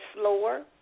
slower